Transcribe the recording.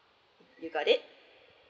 you got it